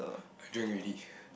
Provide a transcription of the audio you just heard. I drink already